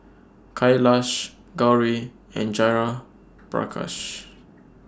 Kailash Gauri and Jayaprakash